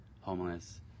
homeless